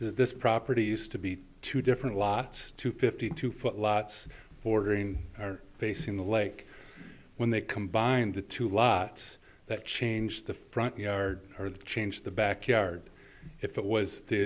this property used to be two different lots two fifty two foot lots bordering our base in the lake when they combined the two lots that change the front yard or the change the back yard if it was the